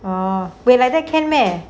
uh wait like that can meh